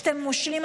כשאתם מושלים,